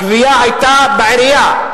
הגבייה היתה בעירייה,